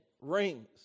rings